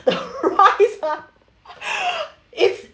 the rice ah it's